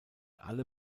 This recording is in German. alle